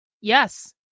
Yes